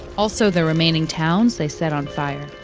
also the remaining towns they set on fire